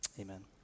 amen